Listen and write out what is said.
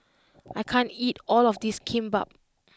I can't eat all of this Kimbap